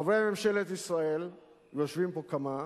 חברי ממשלת ישראל, ויושבים פה כמה: